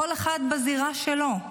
כל אחד בזירה שלו,